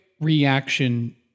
reaction